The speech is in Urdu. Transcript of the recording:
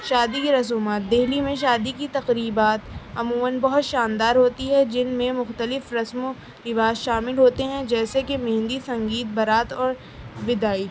شادی کی رسومات دہلی میں شادی کی تقریبات عموماً بہت شاندار ہوتی ہے جن میں مختلف رسم و رواج شامل ہوتے ہیں جیسے کہ مہندی سنگیت برات اور بداعی